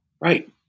Right